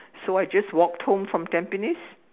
so I just walked home from Tampines